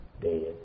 dead